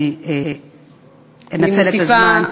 אני אנצל את הזמן.